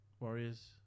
Warriors